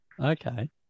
Okay